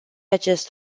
acest